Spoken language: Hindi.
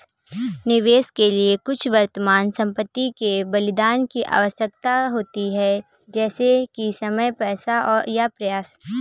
निवेश के लिए कुछ वर्तमान संपत्ति के बलिदान की आवश्यकता होती है जैसे कि समय पैसा या प्रयास